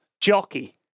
jockey